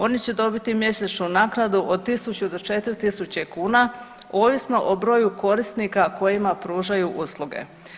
Oni će dobiti mjesečnu naknadu od 1.000 do 4.000 kuna ovisno o broju korisnika kojima pružaju usluge.